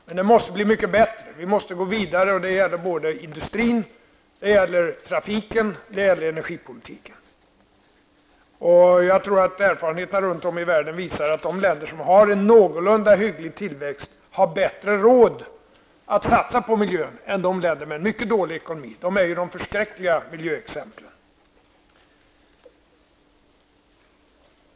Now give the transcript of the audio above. Men den måste bli mycket bättre. Vi måste gå vidare och det gäller såväl industrin och trafiken som energipolitiken. Erfarenheterna runt om i världen visar att de länder som har en någorlunda hygglig tillväxt har bättre råd att satsa på miljön än de länder som har en mycket dålig ekonomi. Dessa länder är ju de förskräckliga miljöexemplen.